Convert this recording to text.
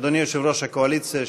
אדוני יושב-ראש הקואליציה,